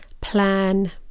plan